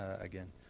again